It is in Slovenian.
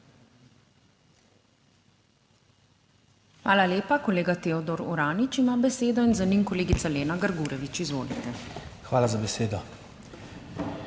Hvala lepa. Kolega Teodor Uranič ima besedo in za njim kolegica Lena Grgurevič. Izvolite. TEODOR URANIČ